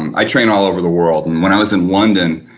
i train all over the world and when i was in london,